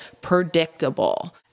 predictable